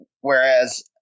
Whereas